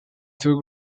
two